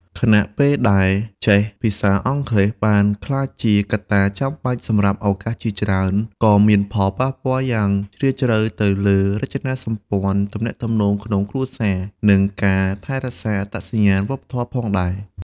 ខណៈពេលដែលចេះភាសាអង់គ្លេសបានក្លាយជាកត្តាចាំបាច់សម្រាប់ឱកាសជាច្រើន ក៏មានផលប៉ះពាល់យ៉ាងជ្រាលជ្រៅទៅលើរចនាសម្ព័ន្ធទំនាក់ទំនងក្នុងគ្រួសារ និងការថែរក្សាអត្តសញ្ញាណវប្បធម៌ផងដែរ។